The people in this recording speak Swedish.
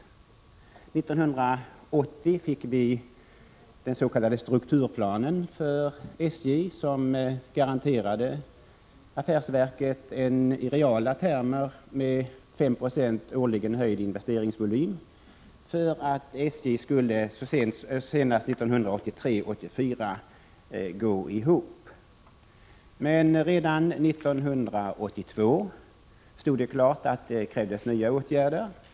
1980 fick vi den s.k. strukturplanen för SJ, som garanterade affärsverket en i reala termer årligen med 5 96 höjd investeringsvolym, för att SJ senast 1983/84 skulle gå ihop. Men redan 1982 stod det klart att det krävdes nya åtgärder.